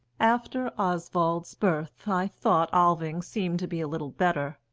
after oswald's birth, i thought alving seemed to be a little better.